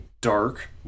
dark